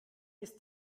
ist